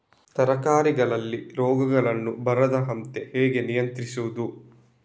ತರಕಾರಿಗಳಿಗೆ ರೋಗಗಳು ಬರದಂತೆ ಹೇಗೆ ನಿಯಂತ್ರಿಸುವುದು?